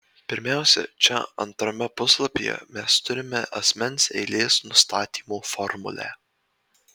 pirmiausia čia antrame puslapyje mes turime asmens eilės nustatymo formulę